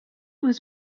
was